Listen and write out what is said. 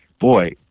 boy